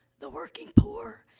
the working poor,